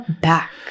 back